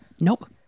Nope